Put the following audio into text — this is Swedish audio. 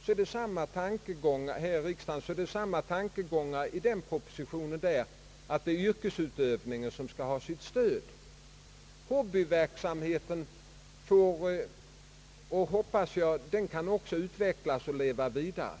frågor som just nu behandlas i riksdagen, och tankegången har varit densamma där: yrkesutövningen skall ha sitt stöd. Jag hoppas också att hobbyverksamheten skall kunna leva vidare och utvecklas.